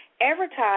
advertise